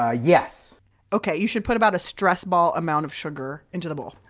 ah yes okay. you should put about a stress-ball amount of sugar into the bowl.